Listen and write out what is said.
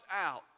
out